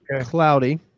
cloudy